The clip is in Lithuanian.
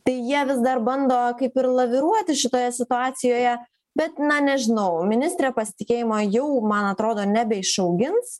tai jie vis dar bando kaip ir laviruoti šitoje situacijoje bet na nežinau ministrė pasitikėjimo jau man atrodo nebeišaugins